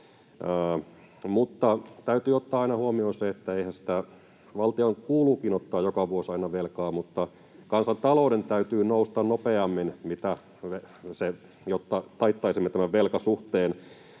se, että eihän sitä... Valtion kuuluukin ottaa joka vuosi aina velkaa, mutta kansantalouden täytyy nousta nopeammin kuin se nousee, jotta taittaisimme tämän velkasuhteen.